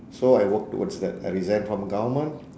so I work towards that I resign from government